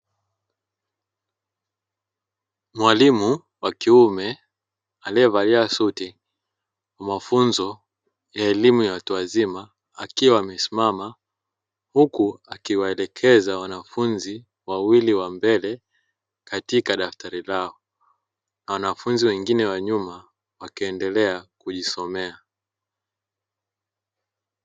Mwalimu wa kiume aliyevalia suti, mafunzo ya elimu ya watu wazima akiwa amesimama. Huku akiwaelekeza wanafunzi wawili wa mbele katika daftari lao, na wanafunzi wengine wa nyuma wakiendelea kujisomea.